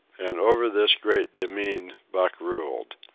and over this great demesne buck ruled.